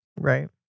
Right